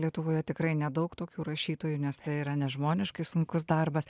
lietuvoje tikrai nedaug tokių rašytojų nes tai yra nežmoniškai sunkus darbas